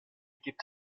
gibt